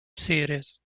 series